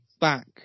back